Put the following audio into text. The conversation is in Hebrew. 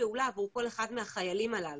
פעולה עבור כל אחד מהחיילים הללו.